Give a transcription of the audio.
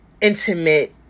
intimate